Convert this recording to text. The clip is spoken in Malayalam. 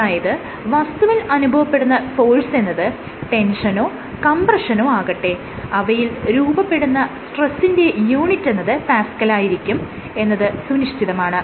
അതായത് വസ്തുവിൽ അനുഭവപ്പെടുന്ന ഫോഴ്സ് എന്നത് ടെൻഷനോ കംപ്രഷനോ ആകട്ടെ അവയിൽ രൂപപ്പെടുന്ന സ്ട്രെസിന്റെ യൂണിറ്റെന്നത് പാസ്ക്കലായിരിക്കും എന്നത് സുനിശ്ചിതമാണ്